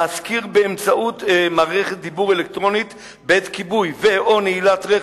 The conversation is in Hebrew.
להזכיר באמצעות מערכת דיבור אלקטרונית בעת כיבוי ו/או נעילת רכב,